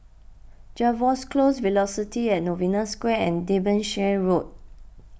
Jervois Close Velocity at Novena Square and Derbyshire Road